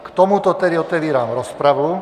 K tomuto tedy otevírám rozpravu.